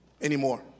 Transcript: anymore